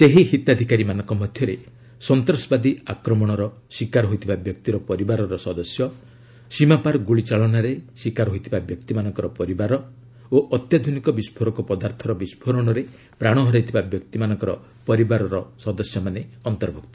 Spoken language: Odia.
ସେହି ହିତାଧିକାରୀମାନଙ୍କ ମଧ୍ୟରେ ସନ୍ତାସବାଦୀ ଆକ୍ରମଣ ଶିକାର ହୋଇଥିବା ବ୍ୟକ୍ତିର ପରିବାରର ସଦସ୍ୟ ସୀମାପାର ଗୁଳିଚାଳନାରେ ଶିକାର ହୋଇଥିବା ବ୍ୟକ୍ତିର ପରିବାର ଓ ଅତ୍ୟାଧୁନିକ ବିସ୍ଫୋରକ ପଦାର୍ଥର ବିସ୍ଫୋରଣରେ ପ୍ରାଣହରାଇଥିବା ବ୍ୟକ୍ତିର ପରିବାର ପ୍ରଭୂତି ଅନ୍ତର୍ଭୁକ୍ତ